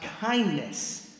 kindness